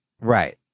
Right